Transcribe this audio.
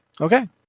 Okay